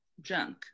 junk